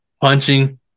punching